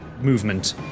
movement